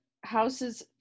house's